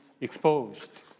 exposed